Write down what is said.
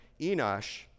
Enosh